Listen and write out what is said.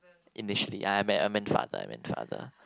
initially I have met a meant father meant father